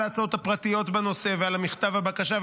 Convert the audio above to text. ההצעות הפרטיות בנושא ועל מכתב הבקשה.